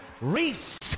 Reese